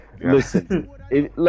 Listen